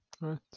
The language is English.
Right